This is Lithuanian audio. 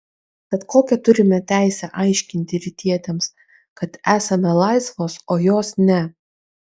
tad kokią turime teisę aiškinti rytietėms kad esame laisvos o jos ne